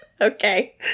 Okay